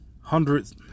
hundreds